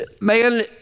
man